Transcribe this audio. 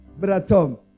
Bratom